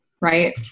right